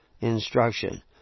instruction